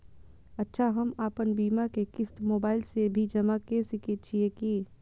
अच्छा हम आपन बीमा के क़िस्त मोबाइल से भी जमा के सकै छीयै की?